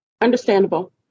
Understandable